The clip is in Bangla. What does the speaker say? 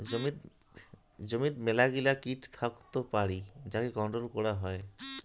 জমিত মেলাগিলা কিট থাকত পারি যাকে কন্ট্রোল করাং হই